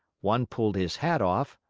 one pulled his hat off,